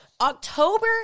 October